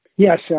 Yes